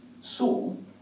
Saul